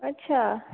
અચ્છા